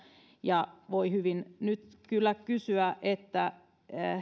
ja voi hyvin nyt kyllä kysyä